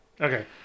Okay